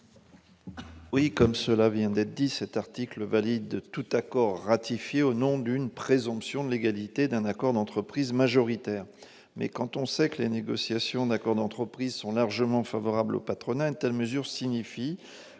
Comme cela vient d'être dit, cet article valide tout accord ratifié au nom d'une présomption de légalité d'un accord d'entreprise majoritaire. Mais quand on sait que les négociations d'accords d'entreprise sont largement favorables au patronat, une telle mesure signifie